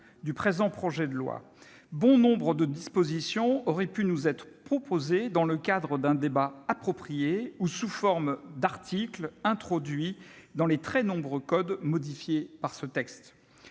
du présent projet loi, bon nombre de dispositions auraient pu nous être proposées dans le cadre d'un débat approprié, ou sous forme d'articles introduits dans les très nombreux codes modifiés par ce texte.